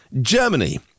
Germany